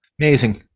amazing